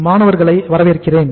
மாணவர்களை வரவேற்கிறேன்